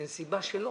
אין סיבה שזה לא